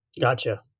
Gotcha